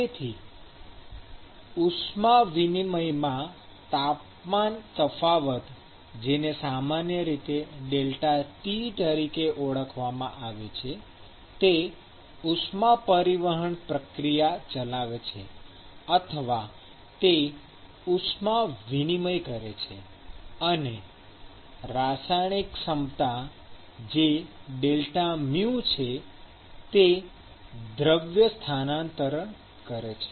તેથી ઉષ્મા વિનિમયમાં તાપમાન તફાવત જેને સામાન્ય રીતે ΔT તરીકે ઓળખવામાં આવે છે તે ઉષ્મા પરિવહન પ્રક્રિયા ચલાવે છે અથવા તે ઉષ્મા વિનિમય કરે છે અને રાસાયણિક સ્થિતિમાન જે Δµ છે તે દ્રવ્યાંતરણ કરે છે